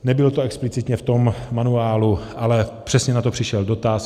Nebylo to explicitně v tom manuálu, ale přesně na to přišel dotaz.